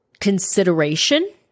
consideration